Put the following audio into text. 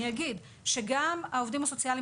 אגיד שגם בקרב העובדים הסוציאליים,